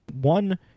one